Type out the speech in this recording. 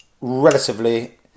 relatively